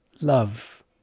love